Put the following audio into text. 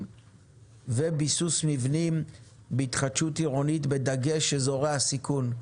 וביסוס מבנים בהתחדשות עירונית בדגש על אזורי הסיכון.